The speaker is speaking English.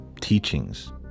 teachings